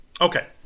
Okay